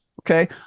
Okay